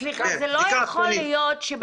סליחה,